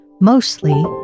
Mostly